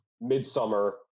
*Midsummer*